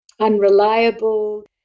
unreliable